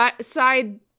side